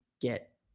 get